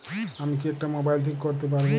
আমি কি এটা মোবাইল থেকে করতে পারবো?